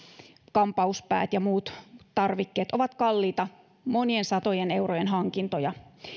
kampauspäät ja muut tarvikkeet ovat kalliita monien satojen eurojen hankintoja